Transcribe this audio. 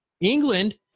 england